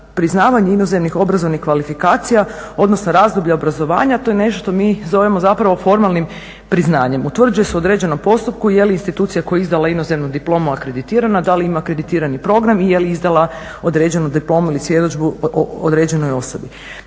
priznavanje inozemnih obrazovnih kvalifikacija, odnosno razdoblje obrazovanja, to je nešto što mi zovemo zapravo formalnim priznanjem. Utvrđuje se u određenom postupku je li institucija koja je izdala inozemnu diplomu akreditirana, da li ima akreditirani program i je li izdala određenu diplomu ili svjedodžbu određenoj osobi.